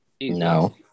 No